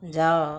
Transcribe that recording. ଯାଅ